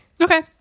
Okay